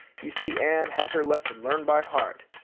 you see anne has her lesson learned by heart.